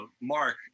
mark